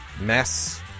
Mess